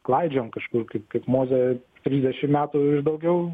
klaidžiojam kažkur kaip kaip mozė trisdešimt metų ir daugiau